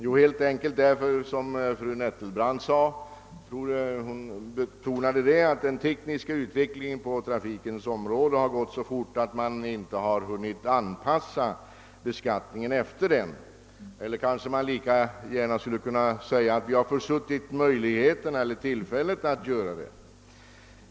Jo, helt enkelt därför att, som fru Nettelbrandt betonade, den tekniska utvecklingen på trafikens område har gått så fort, att vi inte har hunnit anpassa beskattningen efter den. Eller kanske man lika gärna kunde säga att vi har försuttit tillfällen att göra det.